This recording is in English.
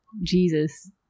Jesus